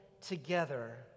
together